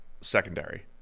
secondary